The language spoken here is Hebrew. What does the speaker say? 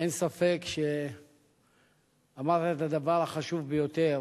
אין ספק שאמרת את הדבר החשוב ביותר